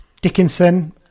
Dickinson